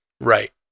Right